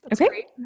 Okay